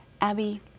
Abby